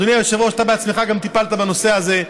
אדוני היושב-ראש, גם אתה בעצמך טיפלת בנושא הזה.